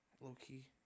Low-key